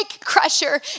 crusher